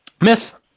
Miss